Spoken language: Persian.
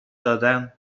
دادن